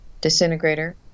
Disintegrator